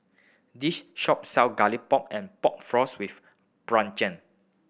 this shop sells Garlic Pork and Pork Floss with Brinjal